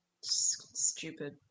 Stupid